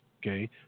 Okay